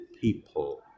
people